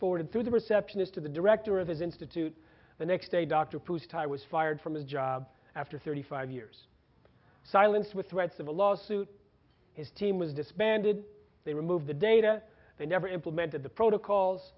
forwarded through the receptionist to the director of his institute the next day dr pou style was fired from his job after thirty five years silence with threats of a lawsuit his team was disbanded they remove the data they never implemented the protocols